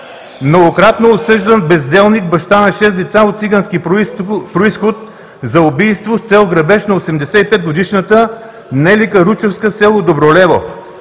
многократно осъждан, безделник, баща на 6 деца, от цигански произход, за убийство с цел грабеж на 85-годишната Нели Каручевска, село Добролево.“